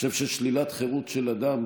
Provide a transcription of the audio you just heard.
אני חושב ששלילת חירות של אדם,